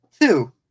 two